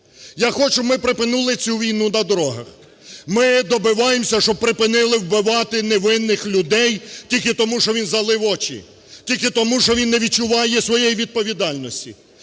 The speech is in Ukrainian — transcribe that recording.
Я хочу, щоб ми припинили цю війну на дорогах. Ми добиваємося, щоб припинили убивати невинних людей тільки тому, що він залив очі, тільки тому, що він не відчуває своєї відповідальності.